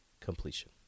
Completion